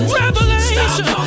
revelation